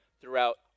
throughout